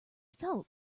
felt